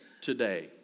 today